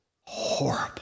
horrible